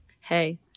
hey